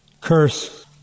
curse